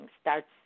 starts